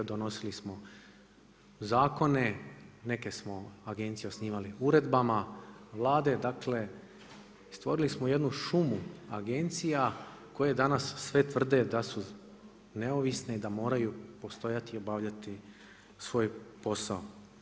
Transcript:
Donosili smo zakone, neke smo agencije osnivali uredbama Vlade, dakle stvorili smo jednu šumu agencije koje danas sve tvrde da su neovisne i da moraju postojati i obavljati svoj posao.